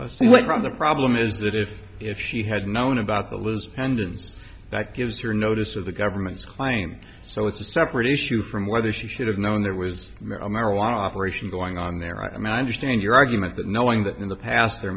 somewhat from the problem is that if if he had known about the lose pendants that gives her notice of the government's claim so it's a separate issue from whether she should have known there was a marijuana operation going on there i mean i understand your argument that knowing that in the past there